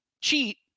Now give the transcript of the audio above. cheat